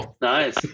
nice